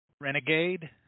Renegade